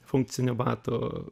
funkcinių batų